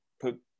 put